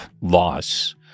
loss